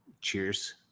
Cheers